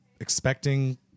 expecting